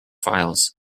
files